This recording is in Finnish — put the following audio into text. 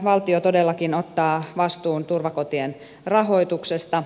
valtio todellakin ottaa vastuun turvakotien rahoituksesta